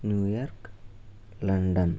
New York London